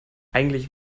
eigentlich